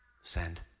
Send